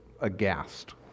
aghast